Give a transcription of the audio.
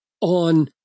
on